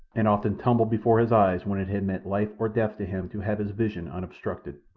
and often tumbled before his eyes when it had meant life or death to him to have his vision unobstructed.